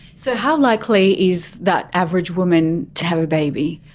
so how likely is that average woman to have a baby?